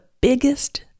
biggest